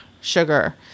sugar